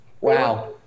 Wow